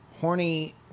Horny